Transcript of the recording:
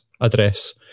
address